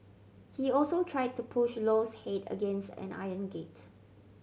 he also tried to push Lowe's head against an iron gate